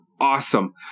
awesome